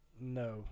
No